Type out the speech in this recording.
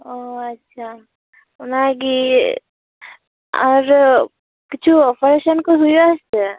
ᱚ ᱟᱪᱪᱷᱟ ᱚᱱᱟᱜᱮ ᱟᱨ ᱠᱤᱪᱷᱩ ᱚᱯᱟᱨᱮᱥᱟᱱ ᱠᱚ ᱦᱩᱭᱩᱜᱼᱟ ᱥᱮ ᱪᱮᱫ